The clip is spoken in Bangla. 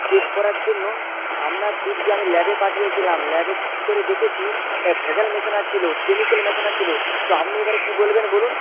চেক করার জন্য আপনার দুধকে আমি ল্যাবে পাঠিয়েছিলাম ল্যাবে চেক করে দেখেছি ভেজাল মেশানো ছিলো কেমিকেল মেশানো ছিলো তো আপনি এবারে কি বলবেন বলুন